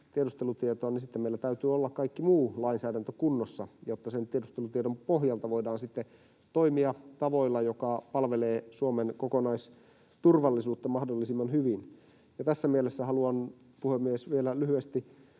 tiedustelutietoa, niin sitten meillä täytyy olla kaiken muun lainsäädännön kunnossa, jotta sen tiedustelutiedon pohjalta voidaan sitten toimia tavoilla, jotka palvelevat Suomen kokonaisturvallisuutta mahdollisimman hyvin. Tässä mielessä haluan, puhemies, vielä lyhyesti